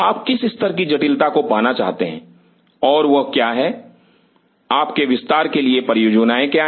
आप किस स्तर की जटिलता को पाना चाहते हैं और वह क्या है आपके विस्तार के लिए परियोजनाएं क्या हैं